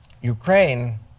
Ukraine